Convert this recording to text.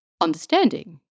understanding